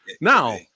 Now